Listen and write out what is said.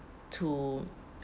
to